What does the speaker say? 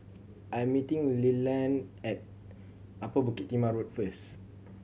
I'm meeting Leland at Upper Bukit Timah Road first